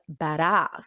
badass